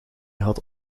had